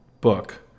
book